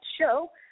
show